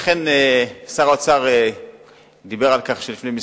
אכן שר האוצר דיבר על כך שלפני כמה